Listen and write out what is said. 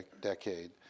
decade